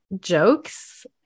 jokes